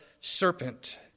serpent